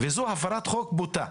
וזו הפרת חוק בוטה.